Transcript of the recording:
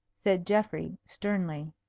said geoffrey, sternly.